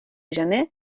gener